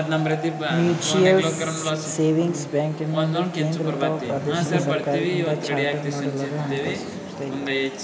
mutual savings bank ಎನ್ನುವುದು ಕೇಂದ್ರಅಥವಾ ಪ್ರಾದೇಶಿಕ ಸರ್ಕಾರದಿಂದ ಚಾರ್ಟರ್ ಮಾಡಲಾದ ಹಣಕಾಸು ಸಂಸ್ಥೆಯಾಗಿದೆ